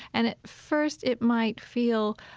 and at first, it might feel